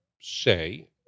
say